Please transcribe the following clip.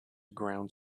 ground